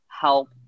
help